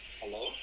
Hello